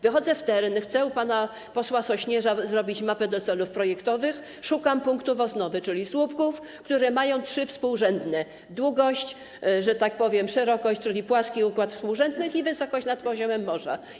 Wychodzę w teren, chcę u pana posła Sośnierza zrobić mapę do celów projektowych, szukam punktów osnowy, czyli słupków, które mają trzy współrzędne: długość i szerokość, czyli płaski układ współrzędnych, oraz wysokość nad poziomem morza.